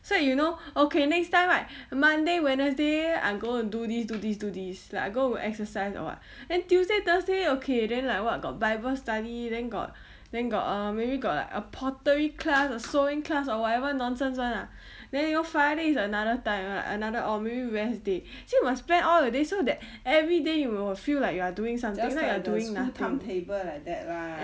so you know okay next time right monday wednesday I'm going to do this do this do this like I go will exercise or what then tuesday thursday okay then like what got bible study then got then got err maybe got uh pottery class uh sewing class or whatever nonsense [one] lah then you know friday is another time another or maybe rest day see you must plan all your day so that everyday you will feel like you are doing something else you are doing nothing